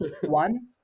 One